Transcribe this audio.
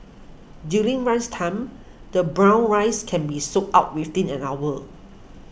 during lunchtime the brown rice can be sold out within an hour